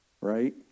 right